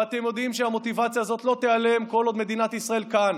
ואתם יודעים שהמוטיבציה הזאת לא תיעלם כל עוד מדינת ישראל כאן